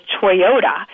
Toyota